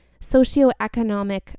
socioeconomic